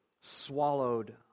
swallowed